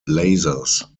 lasers